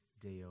Deo